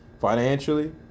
financially